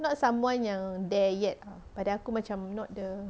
not someone yang there yet lah but pada aku macam not the